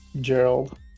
Gerald